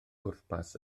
pwrpas